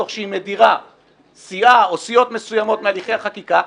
תוך שהיא מדירה סיעה או סיעות מסוימות מהליכי החקיקה,